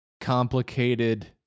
complicated